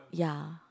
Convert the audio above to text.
ya